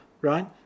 right